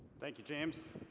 thank you james.